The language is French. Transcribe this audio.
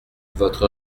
votre